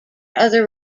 other